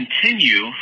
continue